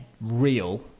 real